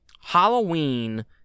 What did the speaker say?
Halloween